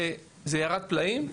וזה ירד פלאים.